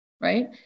right